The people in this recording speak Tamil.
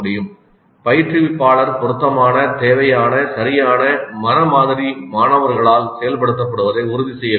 ' பயிற்றுவிப்பாளர் பொருத்தமான தேவையான சரியான மன மாதிரி மாணவர்களால் செயல்படுத்தப்படுவதை உறுதி செய்ய வேண்டும்